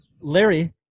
Larry